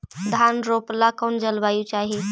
धान रोप ला कौन जलवायु चाही?